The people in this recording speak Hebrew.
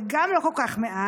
גם זה לא כל כך מעט.